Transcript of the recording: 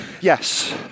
Yes